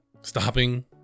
stopping